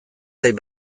zait